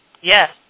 Yes